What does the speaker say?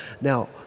Now